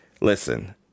Listen